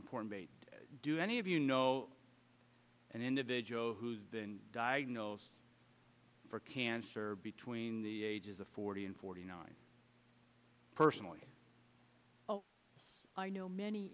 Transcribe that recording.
important do any of you know an individual who's been diagnosed for cancer between the ages of forty and forty nine personally i know many